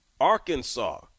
Arkansas